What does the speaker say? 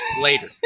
later